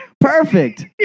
Perfect